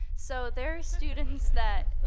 so, there are students that